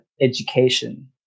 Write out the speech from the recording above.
education